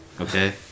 Okay